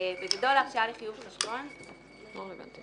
בגדול הרשאה לחיוב חשבון או אמצעי